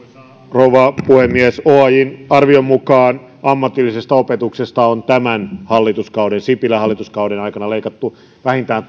rouva puhemies oajn arvion mukaan ammatillisesta opetuksesta on tämän hallituskauden sipilän hallituskauden aikana leikattu vähintään